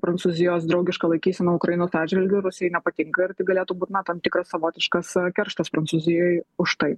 prancūzijos draugiška laikysena ukrainos atžvilgiu rusijai nepatinka ir tai galėtų būt na tam tikras savotiškas kerštas prancūzijoj už tai